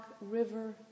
river